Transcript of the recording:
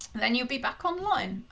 then you'll be back online.